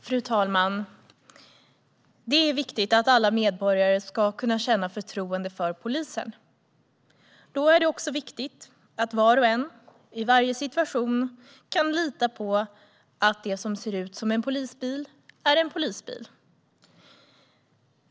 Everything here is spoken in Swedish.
Fru talman! Det är viktigt att alla medborgare ska kunna känna förtroende för polisen. Då är det också viktigt att var och en i varje situation kan lita på att det som ser ut som en polisbil är en polisbil.